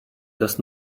does